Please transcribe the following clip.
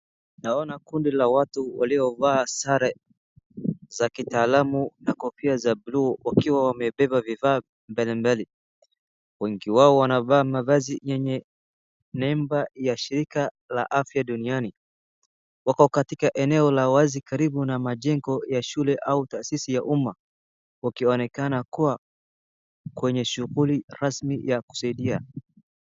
Naona kundi la watu waliovaa sare za kitaalamu na kofia za bulu wakiwa wamebeba vifaa mbali mbali. Wengi wao wanavaa mavazi yenye nemba ya Shirilka La Afya Duniani. Wako katika eneo la wazi karibu na majengo ya shule au taasisi ya umma, wakionekana kuwa kwenye shughuli rasmi ya kusaidia.